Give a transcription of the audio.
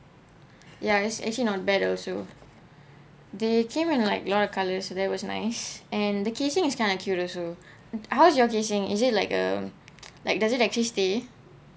ya it's actually not bad also they came in like a lot colors so that was nice and the casing is kind of cute also how's your casing is it like uh like does it actually stay